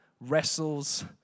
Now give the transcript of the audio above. wrestles